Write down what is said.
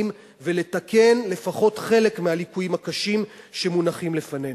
ולתקן לפחות חלק מהליקויים הקשים שמונחים לפנינו.